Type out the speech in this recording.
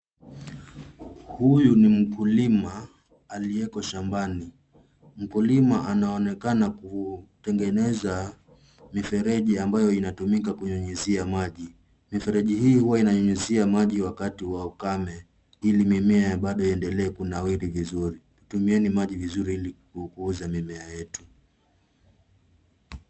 Huyu ni mkulima aliyeko shambani.,mkulima anaonekana kutengeneza ,mifereji ambayo inatumika kunyunyizia maji ,mifereji hii Huwa inanyunyizia maji wakati wa ukame ili mimea Bado iendelee Kunawiri vizuri. Tumieni maji vizuri ili tukuze mimea yetu.